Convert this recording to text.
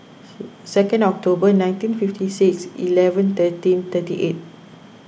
second October nineteen fifty six eleven thirteen thirty eight